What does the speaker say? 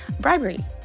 bribery